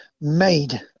made